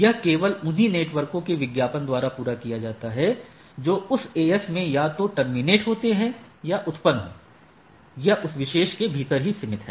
यह केवल उन्हीं नेटवर्कों के विज्ञापन द्वारा पूरा किया जाता है जो उस AS में या तो टर्मिनेट होते हैं या उत्पन्न होता हो यह उस विशेष के भीतर ही सीमित है